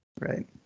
Right